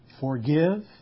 forgive